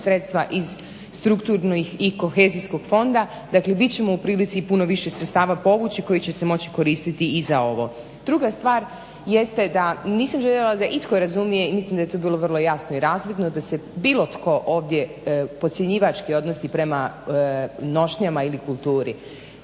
sredstva iz strukturnih i kohezijskog fonda. Dakle, bit ćemo u prilici i puno više sredstava povući koji će se moći koristiti i za ovo. Druga stvar jeste da nisam željela da itko razumije i mislim da je to bilo vrlo jasno i razvidno da se bilo tko ovdje podcjenjivački odnosi prema nošnjama ili kulturi.